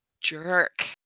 jerk